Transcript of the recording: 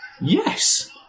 Yes